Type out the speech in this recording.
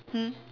hmm